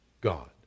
God